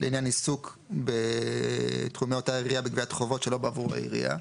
לעניין עיסוק בתחומי אותה עירייה בגביית חובות שלא בעבור העירייה.